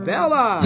Bella